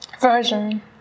version